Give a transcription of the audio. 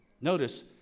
Notice